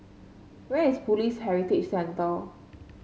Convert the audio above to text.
where is Police Heritage Center